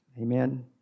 Amen